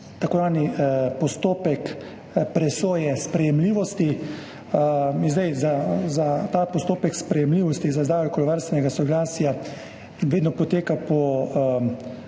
tako imenovani postopek presoje sprejemljivosti. Ta postopek sprejemljivosti za izdajo okoljevarstvenega soglasja vedno poteka po